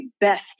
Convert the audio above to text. best